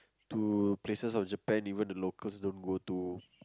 to places of Japan even the locals don't go to